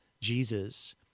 Jesus